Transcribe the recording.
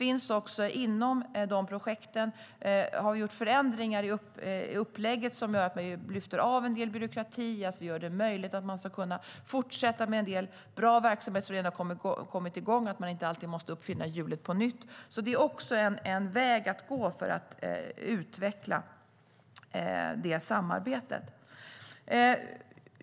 Inom projekten har man också gjort förändringar i upplägget som innebär att man lyfter av en del byråkrati och gör det möjligt att fortsätta med en del bra verksamhet som redan har kommit igång, så att man inte alltid måste uppfinna hjulet på nytt. Det är också en väg att gå för att utveckla samarbetet. Herr talman!